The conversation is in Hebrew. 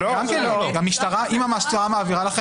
(קריאות) אם המשטרה מעבירה לכם